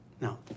No